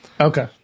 Okay